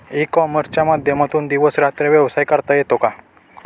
E कॉमर्सच्या माध्यमातून दिवस रात्र व्यवसाय करता येतो का?